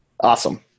Awesome